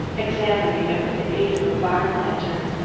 examining it with the aid of a barn-lantern.